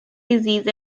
disease